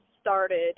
started